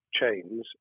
chains